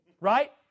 right